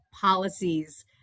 policies